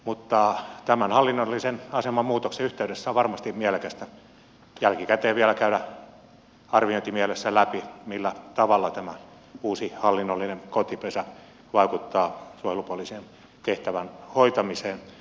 mutta tämän hallinnollisen aseman muutoksen yhteydessä on varmasti mielekästä jälkikäteen vielä käydä arviointimielessä läpi millä tavalla tämä uusi hallinnollinen kotipesä vaikuttaa suojelupoliisin tehtävän hoitamiseen